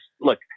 look